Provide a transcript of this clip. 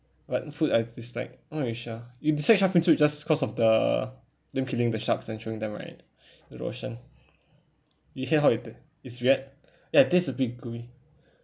but food I dislike not really sure you dislike shark fin soup just cause of the them killing the sharks and throwing them right in the ocean you hate how it pa~ it's weird ya it taste a bit gooey